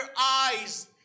eyes